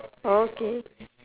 orh okay